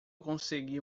conseguir